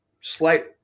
slight